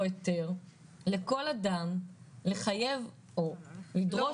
היתר לכל אדם לחייב או לדרוש בדיקות.